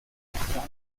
ancien